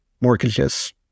mortgages